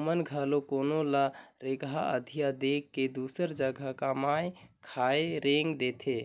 ओमन घलो कोनो ल रेगहा अधिया दे के दूसर जगहा कमाए खाए रेंग देथे